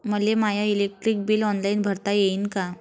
मले my electric bill online भरता येईन का?